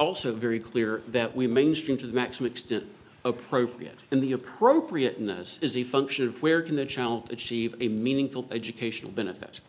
also very clear that we mainstream to the maximum extent appropriate in the appropriateness is a function of where can a child achieve a meaningful educational benefit